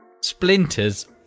Splinters